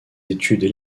études